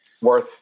worth